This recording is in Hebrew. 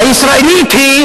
הישראלית היא,